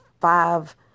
five